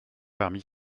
parmi